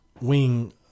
wing